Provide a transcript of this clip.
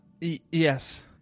yes